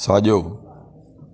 साॼो